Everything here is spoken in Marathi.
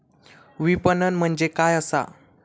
विपणन म्हणजे काय असा?